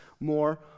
more